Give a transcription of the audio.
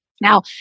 Now